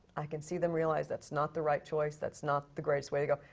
i can see them realize that's not the right choice, that's not the greatest way to go.